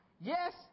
yes